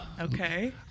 Okay